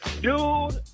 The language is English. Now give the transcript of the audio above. Dude